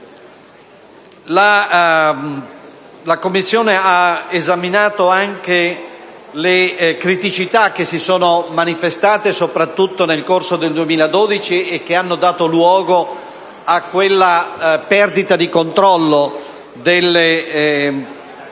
La Commissione ha esaminato anche le criticità che si sono manifestate soprattutto nel corso del 2012 e che hanno dato luogo a quella perdita di controllo della dimensione